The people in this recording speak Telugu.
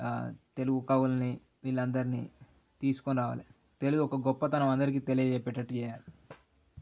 తెలుగు కవులని వీళ్ళందరినీ తీసుకురావాలి తెలుగు ఒక గొప్పతనం అందరికీ తెలియ చెప్పేటట్టు చెయ్యాలి